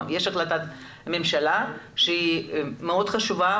יש החלטת ממשלה שהיא מאוד חשובה,